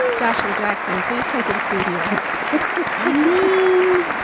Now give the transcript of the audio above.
and joshua jackson, please come to the studio i mean,